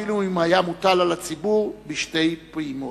אפילו אם יוטל על הציבור בשתי פעימות.